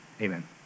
Amen